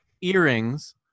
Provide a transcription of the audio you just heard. earrings